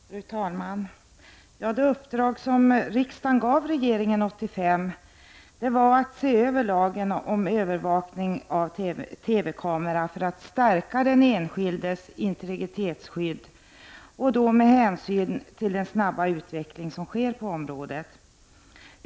Fru talman! Det uppdrag riksdagen gav regeringen 1985 var att se över lagen om övervakning med TV-kamera för att stärka den enskildes integritetsskydd. Det skedde med hänsyn till den snabba utvecklingen på området.